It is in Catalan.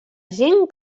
gent